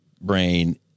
brain